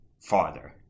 farther